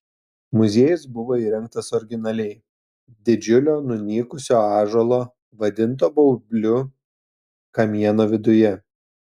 muziejus buvo įrengtas originaliai didžiulio nunykusio ąžuolo vadinto baubliu kamieno viduje